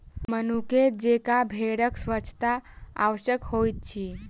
मनुखे जेंका भेड़क स्वच्छता आवश्यक होइत अछि